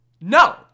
No